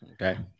Okay